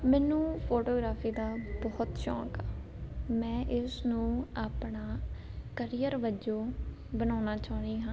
ਮੈਨੂੰ ਫੋਟੋਗ੍ਰਾਫੀ ਦਾ ਬਹੁਤ ਸ਼ੌਂਕ ਆ ਮੈਂ ਇਸ ਨੂੰ ਆਪਣਾ ਕਰੀਅਰ ਵਜੋਂ ਬਣਾਉਣਾ ਚਾਹੁੰਦੀ ਹਾਂ